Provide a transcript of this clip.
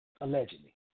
allegedly